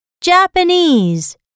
Japanese